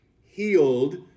healed